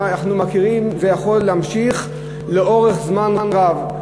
אנחנו מכירים, זה יכול להמשיך לאורך זמן רב.